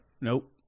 Nope